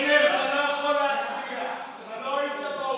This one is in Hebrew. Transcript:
קלנר, אתה לא יכול להצביע, אתה לא היית באולם.